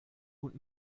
und